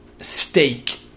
steak